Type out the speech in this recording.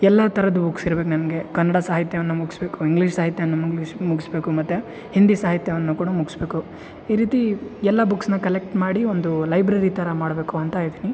ಎಲ್ಲ ಥರದ್ದು ಬುಕ್ಸ್ ಇರಬೇಕು ನನಗೆ ಕನ್ನಡ ಸಾಹಿತ್ಯವನ್ನು ಮುಗಿಸ್ಬೇಕು ಇಂಗ್ಲೀಷ್ ಸಾಹಿತ್ಯವನ್ನು ಮುಗಿಸ್ಬೇಕು ಮತ್ತು ಹಿಂದಿ ಸಾಹಿತ್ಯವನ್ನು ಕೂಡ ಮುಗಿಸ್ಬೇಕು ಈ ರೀತಿ ಎಲ್ಲ ಬುಕ್ಸ್ನ ಕಲೆಕ್ಟ್ ಮಾಡಿ ಒಂದು ಲೈಬ್ರೆರಿ ಥರ ಮಾಡಬೇಕು ಅಂತ ಇದೀನಿ